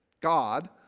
God